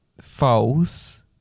false